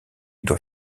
doit